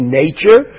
nature